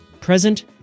present